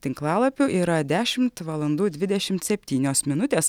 tinklalapių yra dešimt valandų dvidešimt septynios minutės